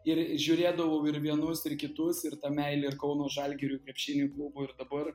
ir žiūrėdavau ir vienus ir kitus ir ta meilė ir kauno žalgiriui krepšinio klubui ir dabar